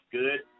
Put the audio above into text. good